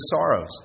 sorrows